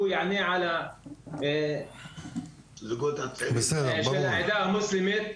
שהוא יענה על הזוגות הצעירים של העדה המוסלמית,